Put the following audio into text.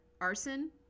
arson